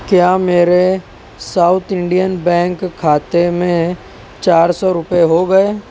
کیا میرے South Indian bank کھاتے میں چار سو روپئے ہو گئے